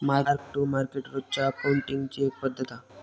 mark to market रोजच्या अकाउंटींगची एक पद्धत हा